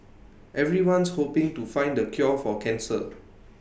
everyone's hoping to find the cure for cancer